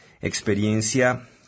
experiencia